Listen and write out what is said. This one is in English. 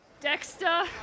Dexter